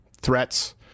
threats